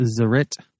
Zerit